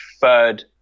third